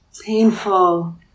painful